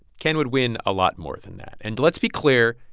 ken would win a lot more than that. and let's be clear.